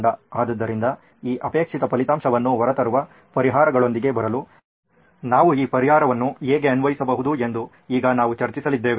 ಆದ್ದರಿಂದ ಈ ಅಪೇಕ್ಷಿತ ಫಲಿತಾಂಶವನ್ನು ಹೊರತರುವ ಪರಿಹಾರಗಳೊಂದಿಗೆ ಬರಲು ನಾವು ಈ ಪರಿಹಾರವನ್ನು ಹೇಗೆ ಅನ್ವಯಿಸಬಹುದು ಎಂದು ಈಗ ನಾವು ಚರ್ಚಿಸಲಿದ್ದೇವೆ